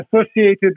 associated